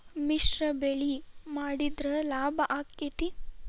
ಮಿಶ್ರ ಬೆಳಿ ಮಾಡಿದ್ರ ಲಾಭ ಆಕ್ಕೆತಿ?